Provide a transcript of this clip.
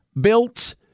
built